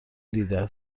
دیده